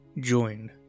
joined